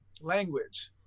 language